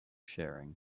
sharing